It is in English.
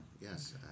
yes